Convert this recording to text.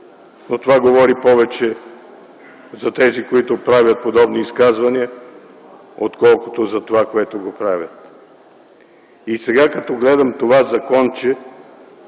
Но това говори повече за тези, които правят подобни изказвания, отколкото за това, което правят. Сега, като гледам това законче,